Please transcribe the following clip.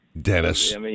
Dennis